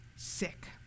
sick